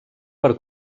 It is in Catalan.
per